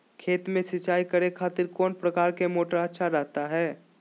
खेत में सिंचाई करे खातिर कौन प्रकार के मोटर अच्छा रहता हय?